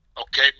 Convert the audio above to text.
okay